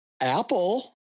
Apple